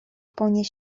вполне